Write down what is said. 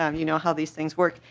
um you know how these things work.